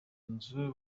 nzu